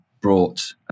brought